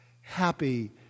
happy